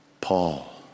Paul